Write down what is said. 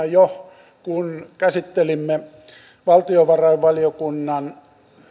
jo viime syksynä kun käsittelimme valtiovarainvaliokunnassa